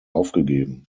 aufgegeben